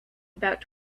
about